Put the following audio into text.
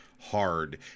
hard